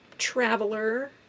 traveler